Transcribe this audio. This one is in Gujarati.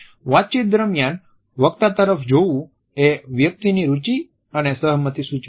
વાતચીત દરમિયાન વક્તા તરફ જોવું એ વ્યક્તિની રુચિ અને સહમતી સૂચવે છે